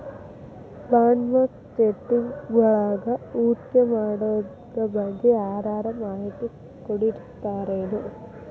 ಬಾಂಡ್ಮಾರ್ಕೆಟಿಂಗ್ವಳಗ ಹೂಡ್ಕಿಮಾಡೊದ್ರಬಗ್ಗೆ ಯಾರರ ಮಾಹಿತಿ ಕೊಡೊರಿರ್ತಾರೆನು?